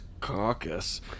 caucus